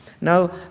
Now